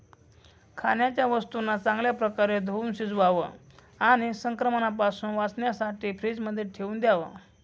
खाण्याच्या वस्तूंना चांगल्या प्रकारे धुवुन शिजवावं आणि संक्रमणापासून वाचण्यासाठी फ्रीजमध्ये ठेवून द्याव